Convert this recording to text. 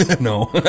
No